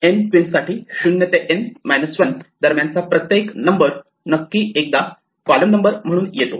N queens साठी 0 ते N minus 1 दरम्यान चा प्रत्येक नंबर नक्की एकदा कॉलम नंबर म्हणून येतो